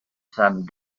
some